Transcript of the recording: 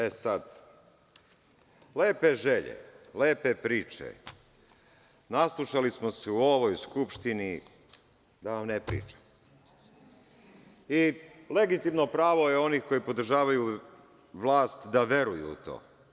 E, sada lepe želje, lepe priče, naslušali smo se u ovoj Skupštini, da vam ne pričam, i legitimno pravo je onih koji podržavaju vlast da veruju u to.